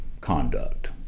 conduct